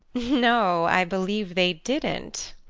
no, i believe they didn't.